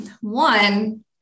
One